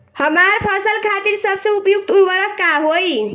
हमार फसल खातिर सबसे उपयुक्त उर्वरक का होई?